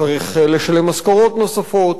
וצריך לשלם משכורות נוספות.